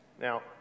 Now